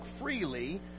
freely